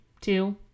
two